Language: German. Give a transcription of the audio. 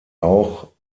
auch